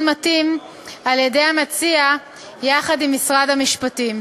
מתאים על-ידי המציע יחד עם משרד המשפטים.